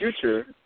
future